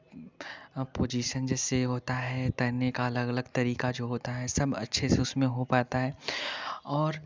position जैसे होता है तैरने का अलग अलग तरीका जो होता है सब अच्छे से उसमें हो पाता है और